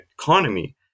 economy